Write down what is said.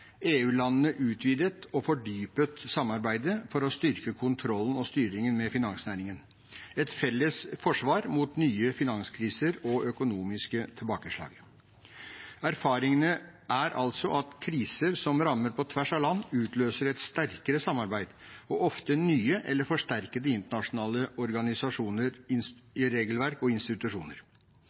utvidet og fordypet samarbeidet for å styrke kontrollen og styringen med finansnæringen – et felles forsvar mot nye finanskriser og økonomiske tilbakeslag. Erfaringene er altså at kriser som rammer på tvers av land, utløser et sterkere samarbeid og ofte nye eller forsterkede internasjonale organisasjoner, regelverk og institusjoner.